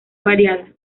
variada